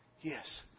Yes